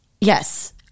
Yes